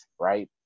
right